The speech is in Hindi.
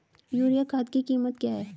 यूरिया खाद की कीमत क्या है?